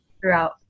throughout